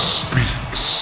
speaks